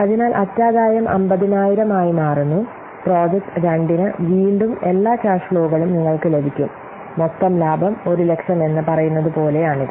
അതിനാൽ അറ്റാദായം 50000 ആയി മാറുന്നു പ്രോജക്റ്റ് 2 ന് വീണ്ടും എല്ലാ ക്യാഷ് ഫ്ലോകളും നിങ്ങൾക്ക് ലഭിക്കും മൊത്തം ലാഭം 100000 എന്ന് പറയുന്നത് പോലെയാണ് ഇത്